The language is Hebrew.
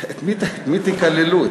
את מי תקללו?